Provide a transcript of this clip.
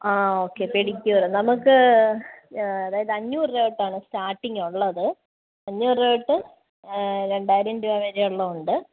ആ okay pedicure നമുക്ക് അതായത് അഞ്ഞൂറു രൂപ തൊട്ടാണ് സ്റ്റാർട്ടിങ് ഉള്ളത് അഞ്ഞൂറു രൂപ തൊട്ട് രണ്ടായിരം രൂപ വരെ ഉള്ളതുണ്ട്